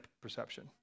perception